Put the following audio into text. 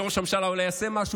שראש הממשלה אולי יעשה משהו,